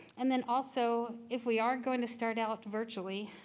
and then also if we are going to start out virtually,